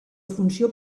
funció